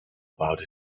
about